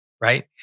right